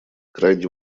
крайне